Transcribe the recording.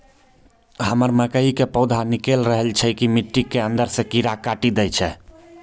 हमरा मकई के पौधा निकैल रहल छै मिट्टी के अंदरे से कीड़ा काटी दै छै?